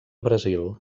brasil